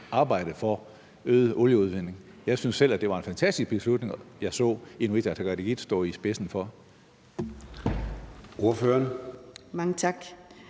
arbejde for øget olieudvinding? Jeg synes selv, at det var en fantastisk beslutning, jeg så Inuit Ataqatigiit stå i spidsen for.